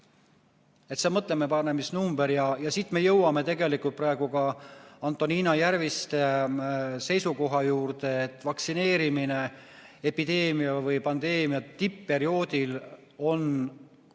See on mõtlemapanev number. Ja siit me jõuame tegelikult praegu ka Antonina Järviste seisukoha juurde, et vaktsineerimine epideemia või pandeemia tipp-perioodil on väga